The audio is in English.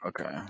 okay